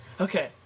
Okay